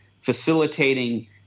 facilitating